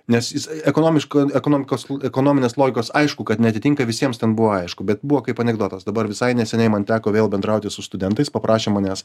nes jis ekonomiškon ekonomikos ekonominės logikos aišku kad neatitinka visiems ten buvo aišku bet buvo kaip anekdotas dabar visai neseniai man teko vėl bendrauti su studentais paprašė manęs